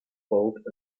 built